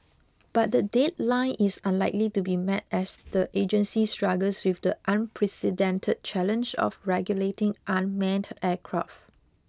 but the deadline is unlikely to be met as the agency struggles with the unprecedented challenge of regulating unmanned aircraft